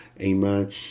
Amen